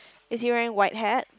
is he wearing white hat